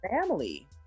family